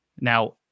Now